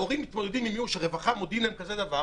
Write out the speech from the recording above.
ההורים מתמודדים עם איום של רווחה כשמודיעים להם כזה דבר